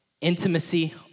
intimacy